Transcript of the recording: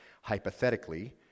hypothetically